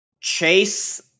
Chase